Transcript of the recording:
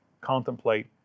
contemplate